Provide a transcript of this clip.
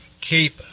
keep